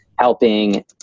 helping